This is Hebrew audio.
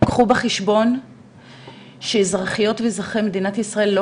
קחו בחשבון שאזרחיות ואזרחי מדינת ישראל לא